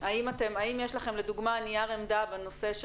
האם יש לכם לדוגמה נייר עמדה בנושא,